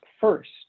first